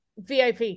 VIP